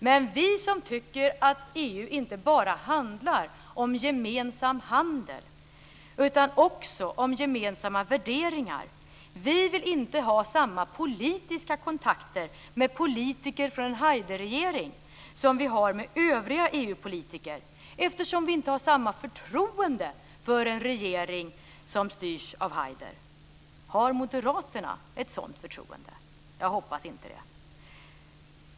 Men vi som tycker att EU inte bara handlar om gemensam handel utan också om gemensamma värderingar vill inte ha samma politiska kontakter med politiker från en Haiderregering som vi har med övriga EU-politiker, eftersom vi inte har samma förtroende för en regering som styrs av Haider. Har moderaterna ett sådant förtroende? Jag hoppas inte det.